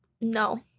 no